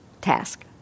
task